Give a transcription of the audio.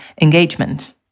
engagement